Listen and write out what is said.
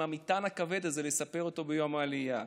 לספר את המטען הכבד הזה ביום העלייה.